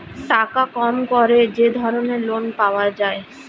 টাকা কম করে যে ধরনের লোন পাওয়া যায়